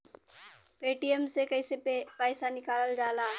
Paytm से कैसे पैसा निकलल जाला?